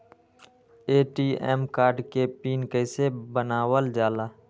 ATM card के pin कैसे बनावल जाला?